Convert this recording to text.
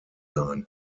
sein